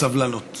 סבלנות.